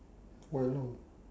quite long